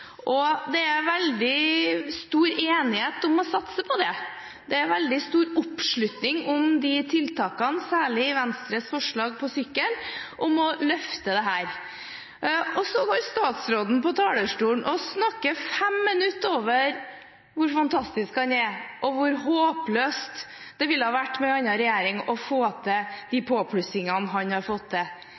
sykkel. Det er veldig stor enighet om å satse på det. Det er veldig stor oppslutning om tiltakene, særlig Venstres forslag om sykkel – om å løfte dette. Så går statsråden på talerstolen og snakker 5 minutter om hvor fantastisk han er, og hvor håpløst det ville vært å få til de påplussingene han har fått til,